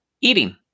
eating